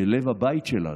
זה לב הבית שלנו.